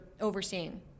overseeing